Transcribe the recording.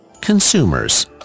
Consumers